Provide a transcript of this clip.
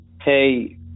Hey